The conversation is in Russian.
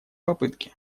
попытке